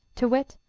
to wit,